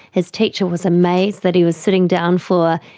his teacher was amazed that he was sitting down for,